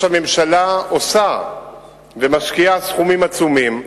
או שהממשלה עושה ומשקיעה סכומים עצומים.